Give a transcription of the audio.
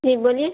جی بولیے